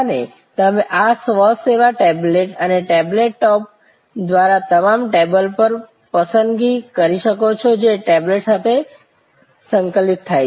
અને તમે આ સ્વ સેવા ટેબ્લેટ અને ટેબલ ટોપ દ્વારા તમારા ટેબલ પર પસંદગી કરી શકો છો જે ટેબલેટ સાથે સંકલિત થાય છે